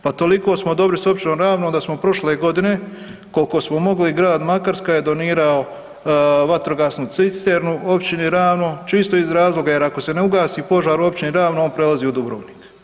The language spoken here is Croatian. Pa toliko smo dobri s općinom Ravno da smo prošle godine, koliko smo mogli, grad Makarska je donirao vatrogasnu cisternu općini Ravno čisto iz razloga jer ako se ne ugasi požar u općini Ravno on prelazi u Dubrovnik.